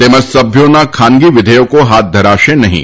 તેમજ સભ્યોના ખાનગી વિધેયકો હાથ ધરાશે નહીં